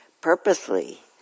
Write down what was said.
purposely